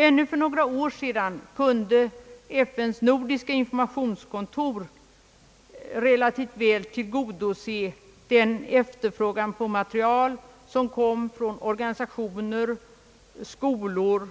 Ännu för några år sedan kunde FN:s nordiska informationskontor relativt väl tillgodose den efterfrågan på material som kom från organisationer, skolor